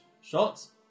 shots